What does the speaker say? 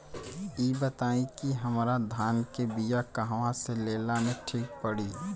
इ बताईं की हमरा धान के बिया कहवा से लेला मे ठीक पड़ी?